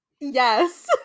Yes